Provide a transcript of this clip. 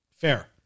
Fair